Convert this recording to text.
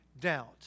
doubt